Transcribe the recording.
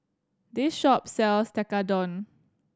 this shop sells Tekkadon